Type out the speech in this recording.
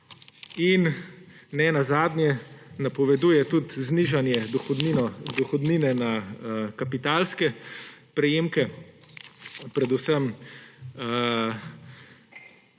In ne nazadnje napoveduje tudi znižanje dohodnine na kapitalske prejemke. Predvsem